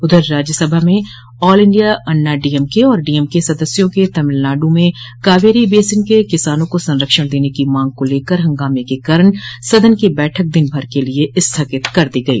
उधर राज्यसभा में all India Anna DMK और डीएमके सदस्यों के तमिलनाडु में कावेरी बेसिन के किसानों को संरक्षण देने की मांग को लेकर हंगामे के कारण सदन की बैठक दिन भर के लिए स्थगित कर दी गई